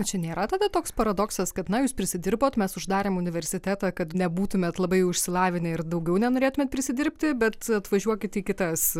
tai čia nėra tada toks paradoksas kad na jūs prisidirbot mes uždarėm universitetą kad nebūtumėt labai jau išsilavinę ir daugiau nenorėtumėt prisidirbti bet atvažiuokit į kitas